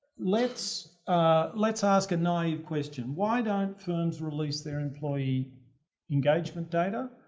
let's ah let's ask a naive question. why don't firms release their employee engagement data?